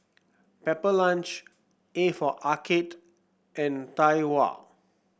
Pepper Lunch A for Arcade and Tai Hua